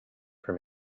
for